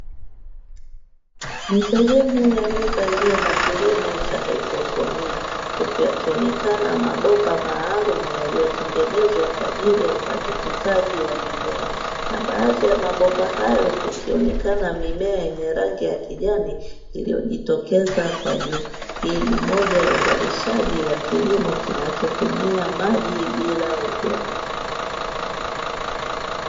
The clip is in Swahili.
Ni sehemu ya nyumba iliyo na kilimo cha haidroponi, huku yakionekana mabomba maalumu yaliyotengenezwa kwa ajili ya upandikizaji wa mimea; na baadhi ya mabomba hayo kukionekana mimea yenye rangi kijani iliyojitokeza kwa juu. Hii ni moja ya uzalishaji wa kilimo kinachotumia maji bila udongo.